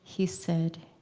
he said.